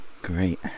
great